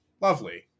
lovely